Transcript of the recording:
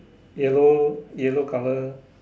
yellow yellow color